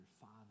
father